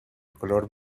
color